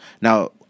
Now